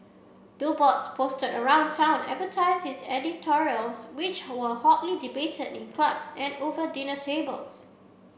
billboards posted around town advertised his editorials which were hotly debated in clubs and over dinner tables